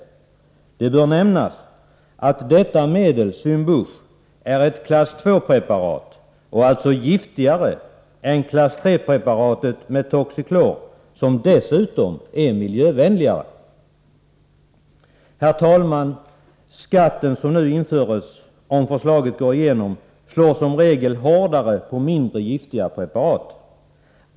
Det bör nämnas att Cymbush är ett klass II-preparat och alltså giftigare än klass III-preparatet Metoxiklor, som dessutom är miljövänligare. Herr talman! Den skatt som nu införs, om förslaget går igenom, slår som regel hårdare på mindre giftiga preparat.